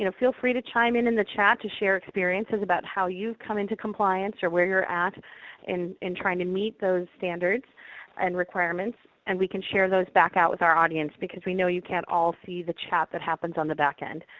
feel free to chime in in the chat to share experiences about how you've come into compliance or where you're at in in trying to meet those standards and requirements. and we can share those back out with our audience, because we know you can't all see the chat that happens on the back end.